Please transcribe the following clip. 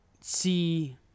see